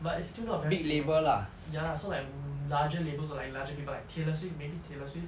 but it's still not very famous ya so like larger labels or like larger people like taylor swift maybe taylor swift